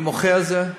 אני מוחה על זה.